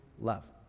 love